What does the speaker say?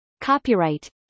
Copyright